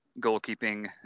goalkeeping